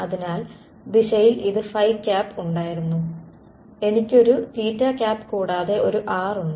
അതിനാൽ ദിശയിൽ ഇത് ഉണ്ടായിരുന്നു എനിക്ക് ഒരു കൂടാതെ ഒരു r ഉണ്ട്